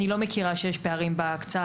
אני לא מכירה שיש פערים בהקצאה,